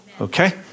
Okay